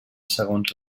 segons